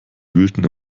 wühlten